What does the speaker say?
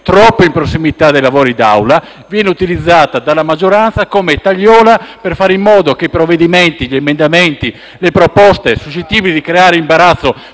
troppo in prossimità dei lavori dell'Assemblea, viene utilizzata dalla maggioranza come tagliola per fare in modo che i provvedimenti, gli emendamenti e le proposte suscettibili di creare imbarazzo